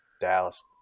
dallas